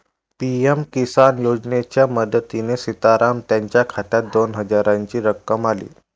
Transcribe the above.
PM Kisan योजनेच्या मदतीने सीताराम यांच्या खात्यात दोन हजारांची रक्कम आली